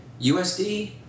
USD